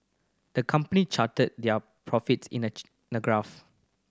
the company charted their profits in a a graph